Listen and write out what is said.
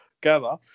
gather